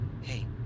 Hey